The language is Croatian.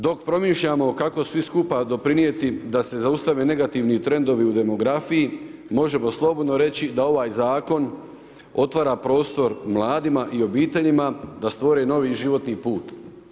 Dok promišljamo kako svi skupa, doprinijeti da se zaustave negativni trendovi u demografiji, možemo slobodno reći, da ovaj zakon otvara prostor mladima i obiteljima, da stvore novi životni put.